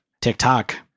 TikTok